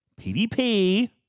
PvP